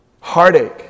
Heartache